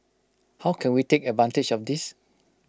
how can we take advantage of this